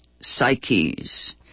psyches